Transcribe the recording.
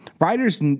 Writers